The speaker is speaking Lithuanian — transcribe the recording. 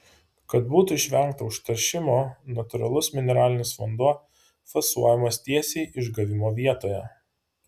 kad būtų išvengta užteršimo natūralus mineralinis vanduo fasuojamas tiesiai išgavimo vietoje